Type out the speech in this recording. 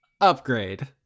upgrade